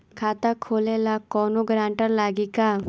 खाता खोले ला कौनो ग्रांटर लागी का?